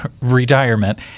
retirement